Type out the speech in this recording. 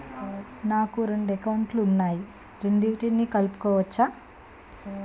నాకు రెండు అకౌంట్ లు ఉన్నాయి రెండిటినీ కలుపుకోవచ్చా?